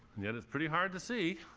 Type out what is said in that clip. and yet it's pretty hard to see.